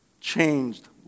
changed